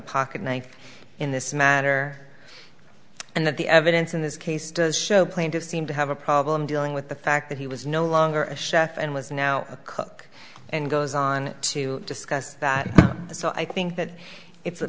pocket knife in this matter and that the evidence in this case does show plaintiffs seem to have a problem dealing with the fact that he was no longer a chef and was now a cook and goes on to discuss that so i think that it's a